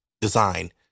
design